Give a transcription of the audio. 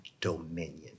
dominion